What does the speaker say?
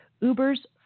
Uber's